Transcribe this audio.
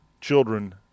children